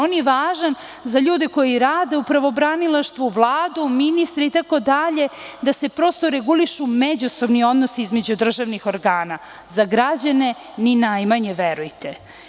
On je važan za ljude koji rade u pravobranilaštvu, za Vladu, ministre itd, da se prosto regulišu međusobni odnosi između državnih organa, a za građane ni najmanje, verujte.